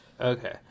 okay